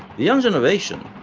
the young generation,